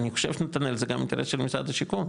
אני חושב נתנאל שזה גם אינטרס של משרד השיכון.